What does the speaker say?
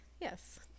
Yes